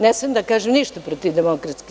Ne smem da kažem ništa protiv DS?